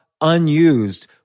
unused